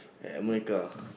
America